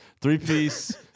Three-piece